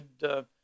good